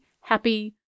happy